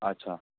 अच्छा